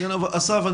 אסף,